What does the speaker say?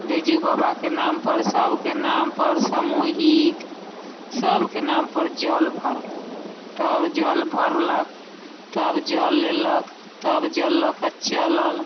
बैजू बाबाके नामपर सबके नामपर सामूहिक सबके नामपर जल भरलक तब जल भरलक तब जल लेलक तब जल लऽ के चलल